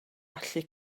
allu